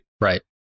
Right